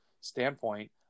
standpoint